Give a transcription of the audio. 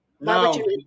No